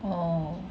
orh